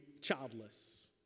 childless